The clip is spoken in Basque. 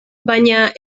baina